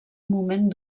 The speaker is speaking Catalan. moment